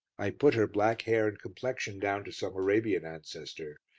i put her black hair and complexion down to some arabian ancestor,